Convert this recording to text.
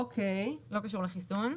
זה לא קשור לחיסון.